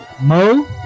Mo